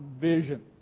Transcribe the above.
vision